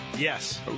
Yes